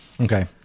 Okay